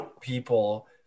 people